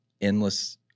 endless